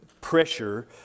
pressure